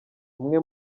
umwe